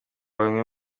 bamwe